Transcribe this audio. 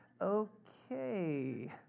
Okay